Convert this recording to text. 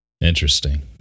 interesting